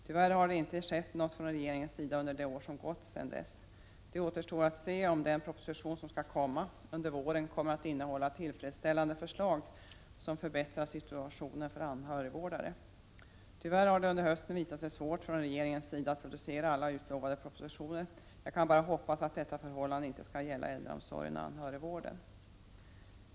Tyvärr har det inte skett något från regeringens sida under de år som gått sedan dess. Det återstår att se om den proposition som skall komma under våren kommer att innehålla tillfredsställande förslag som förbättrar situationen för anhörigvårdare. Tyvärr har det under hösten visat sig att regeringen har svårt att producera alla utlovade propositioner. Jag kan bara hoppas att detta förhållande inte skall gälla äldreomsorgen och anhörigvården.